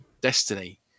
Destiny